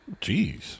Jeez